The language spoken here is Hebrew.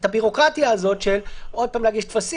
מכיוון שהסעיף הזה קובע רשימת נאמנים שתקפה